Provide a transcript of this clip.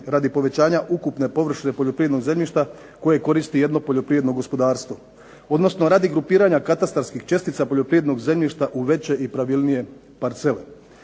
radi povećanja ukupne površine poljoprivrednog zemljišta koje koristi jedno poljoprivredno gospodarstvo, odnosno radi grupiranja katastarskih čestica poljoprivrednog zemljišta u veće i pravilnije parcele.